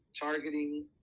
targeting